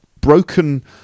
broken